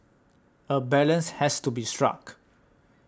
a balance has to be struck